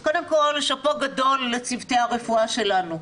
קודם כל שאפו גדול לצוותי הרפואה שלנו,